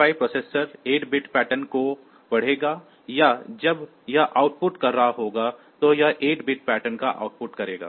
8085 processor 8 bit pattern को पढ़ेगा या जब यह आउटपुट कर रहा होगा तो यह 8 बिट पैटर्न पर आउटपुट करेगा